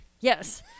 Yes